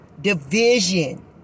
division